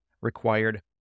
required